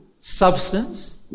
substance